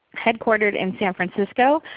headquartered in san francisco.